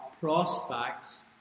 prospects